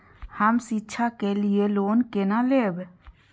हम शिक्षा के लिए लोन केना लैब?